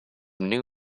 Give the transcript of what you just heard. new